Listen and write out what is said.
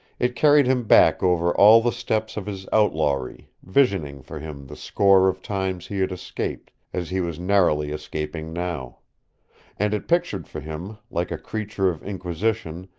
it carried him back over all the steps of his outlawry, visioning for him the score of times he had escaped, as he was narrowly escaping now and it pictured for him, like a creature of inquisition,